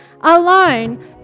alone